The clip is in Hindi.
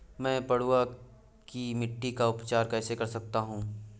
मैं पडुआ की मिट्टी का उपचार कैसे कर सकता हूँ?